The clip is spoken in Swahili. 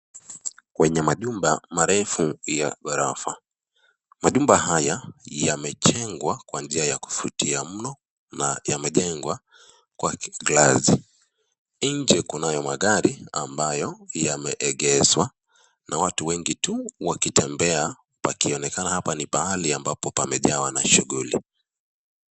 Wenye majumba Marefu ya ghorofa, majumba haya yamejengwa kwa njia ya kuvutia mno na yamejengwa kwa klasi. Nje kunayo magari ambayo yameegezwa na watu wengi tu wakitembea, pakionekana hapa ni pahali ambapo pamejawa na shughuli.